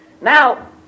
Now